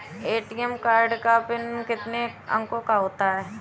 ATM card का PIN कितने अंकों का होता है?